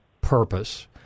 purpose